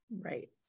Right